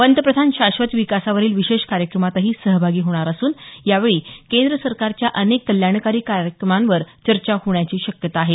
पंतप्रधान शाश्वत विकासावरील विशेष कार्यक्रमातही सहभागी होणार असून यावेळी केंद्र सरकारच्या अनेक कल्याणकारी कार्यक्रमांवर चर्चा होण्याची शक्यता आहे